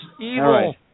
evil